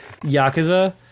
Yakuza